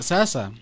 Sasa